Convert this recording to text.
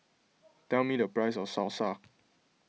tell me the price of Salsa